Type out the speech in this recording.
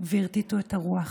והרטיטו את הרוח.